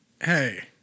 Hey